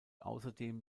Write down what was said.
außerdem